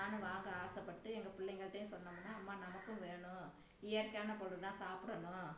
நானும் வாங்க ஆசைப்பட்டு எங்கள் பிள்ளைங்கள்ட்டயும் சொன்னோம்ன்னா அம்மா நமக்கும் வேணும் இயற்கையான பொருள் தான் சாப்பிடணும்